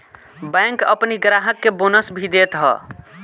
bank अपनी ग्राहक के बोनस भी देत हअ